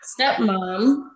stepmom